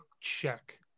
check